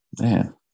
man